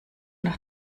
nach